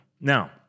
Now